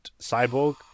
cyborg